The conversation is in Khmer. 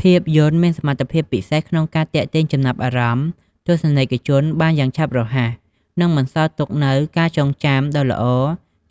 ភាពយន្តមានសមត្ថភាពពិសេសក្នុងការទាក់ទាញចំណាប់អារម្មណ៍ទស្សនិកជនបានយ៉ាងឆាប់រហ័ស និងបន្សល់ទុកនូវការចងចាំដ៏ល្អ